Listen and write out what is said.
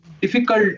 difficult